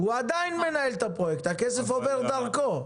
היא עדיין מנהלת את הפרויקט, הכסף עובר דרכה.